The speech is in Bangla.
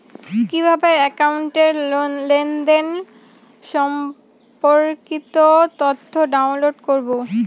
কিভাবে একাউন্টের লেনদেন সম্পর্কিত তথ্য ডাউনলোড করবো?